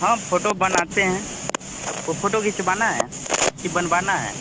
हम फ़ोटो बनाते हैं आपको फ़ोटो खिंचवाना है कि बनवाना है